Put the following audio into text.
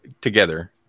together